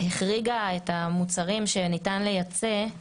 החריגה את המוצרים שניתן לייצא,